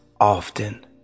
often